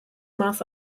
maß